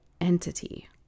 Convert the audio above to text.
entity